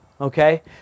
okay